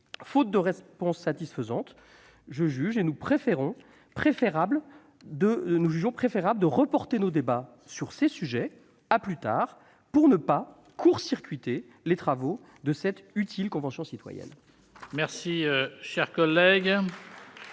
Faute de réponse satisfaisante, nous jugeons préférable de renvoyer à plus tard nos débats sur ces sujets, pour ne pas court-circuiter les travaux de cette utile Convention citoyenne